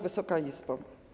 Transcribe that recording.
Wysoka Izbo!